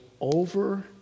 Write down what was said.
over